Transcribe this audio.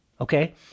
Okay